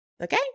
Okay